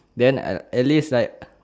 then I'll at least like